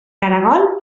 caragol